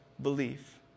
belief